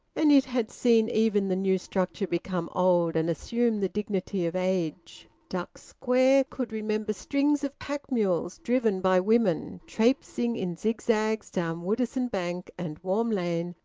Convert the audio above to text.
and it had seen even the new structure become old and assume the dignity of age. duck square could remember strings of pack-mules driven by women, trapesing in zigzags down woodisun bank and warm lane,